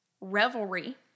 revelry